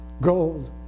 gold